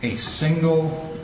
a single